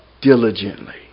diligently